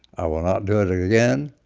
i will not do it and again.